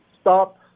stop